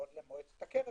למועצת הקרן,